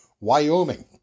Wyoming